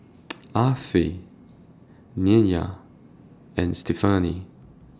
Affie Nya and Stefani